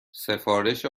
سفارش